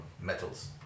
metals